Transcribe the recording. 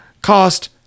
cost